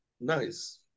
Nice